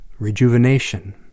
Rejuvenation